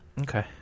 Okay